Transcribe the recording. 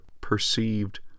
perceived